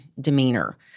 demeanor